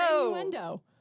innuendo